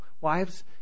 Wives